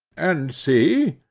and see,